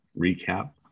recap